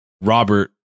Robert